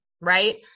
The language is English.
right